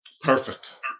Perfect